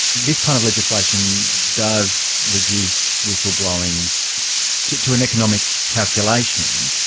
this kind of legislation does reduce whistle-blowing to to an economic calculation,